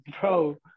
bro